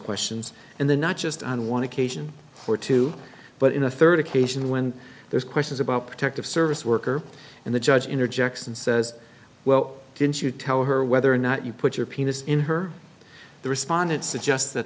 questions in the not just on one occasion or two but in the third occasion when there's questions about protective service worker and the judge interjects and says well didn't you tell her whether or not you put your penis in her the respondent suggests that